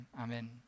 Amen